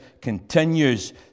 continues